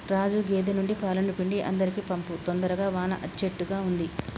రాజు గేదె నుండి పాలను పిండి అందరికీ పంపు తొందరగా వాన అచ్చేట్టుగా ఉంది